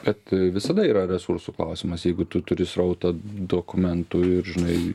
bet visada yra resursų klausimas jeigu tu turi srautą dokumentų ir žinai